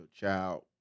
child